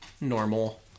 normal